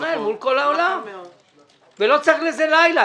ישראל מול כל העולם ולא צריך לזה לילה.